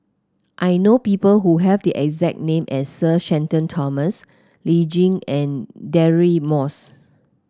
I know people who have the exact name as Sir Shenton Thomas Lee Tjin and Deirdre Moss